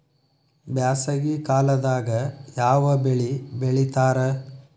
ಬ್ಯಾಸಗಿ ಕಾಲದಾಗ ಯಾವ ಬೆಳಿ ಬೆಳಿತಾರ?